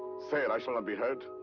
say it, i shall not be hurt.